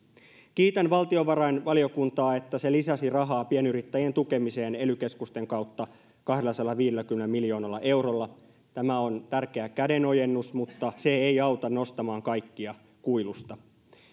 kiitän valtiovarainvaliokuntaa että se lisäsi rahaa pienyrittäjien tukemiseen ely keskusten kautta kahdellasadallaviidelläkymmenellä miljoonalla eurolla tämä on tärkeä kädenojennus mutta se ei auta nostamaan kaikkia kuilusta